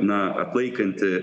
na atlaikanti